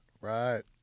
Right